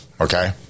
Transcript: Okay